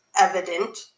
evident